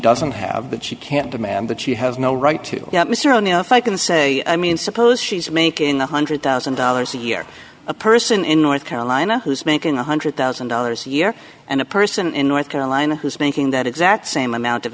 doesn't have but she can demand that she has no right to mr o'neill if i can say i mean suppose she's making one hundred thousand dollars a year a person in north carolina who's making one hundred thousand dollars a year and a person in north carolina who's making that exact same amount of